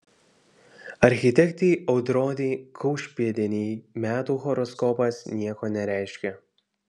architektei audronei kaušpėdienei metų horoskopas nieko nereiškia